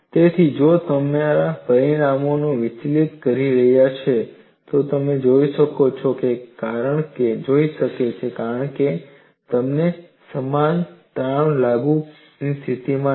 તેથી જો તમારા પરિણામો વિચલિત થઈ રહ્યા છે તો તે હોઈ શકે છે કારણ કે તમે સમાન તાણ લાગુ કરવાની સ્થિતિમાં નથી